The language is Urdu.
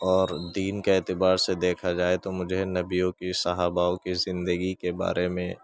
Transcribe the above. اور دین کے اعتبار سے تو دیکھا جائے تو مجھے نبیوں كی صحاباؤں كی زندگی كے بارے میں